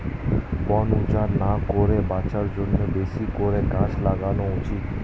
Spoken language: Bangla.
বন উজাড় না করে বাঁচার জন্যে বেশি করে গাছ লাগানো উচিত